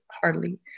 hardly